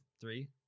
Three